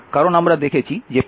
কারণ আমরা দেখেছি যে p dwdt